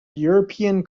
european